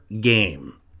game